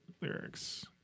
lyrics